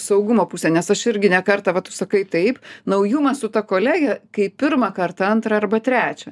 saugumo pusė nes aš irgi ne kartą va tu sakai taip naujumą su ta kolege kai pirmą kartą antrą arba trečią